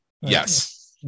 Yes